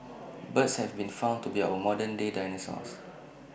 birds have been found to be our modern day dinosaurs